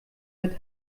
mit